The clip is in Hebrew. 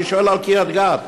אני שואל על קריית-גת,